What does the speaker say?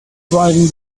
driving